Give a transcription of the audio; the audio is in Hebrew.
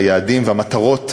היעדים והמטרות